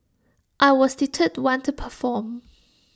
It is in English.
I was the third one to perform